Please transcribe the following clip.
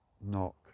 knock